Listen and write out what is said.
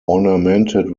ornamented